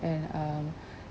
and um